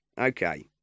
Okay